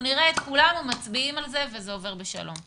נראה את כולנו מצביעים על זה ושזה עובר בשלום.